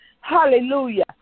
Hallelujah